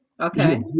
Okay